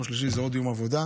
יום שלישי זה עוד יום עבודה.